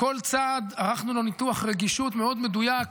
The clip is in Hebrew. לכל צעד ערכנו ניתוח רגישות מאוד מדויק,